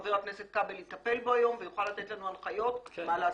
חבר הכנסת כבל יטפל בו היום ויוכל לתת לנו הנחיות מה לעשות.